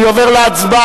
אני עובר להצבעה,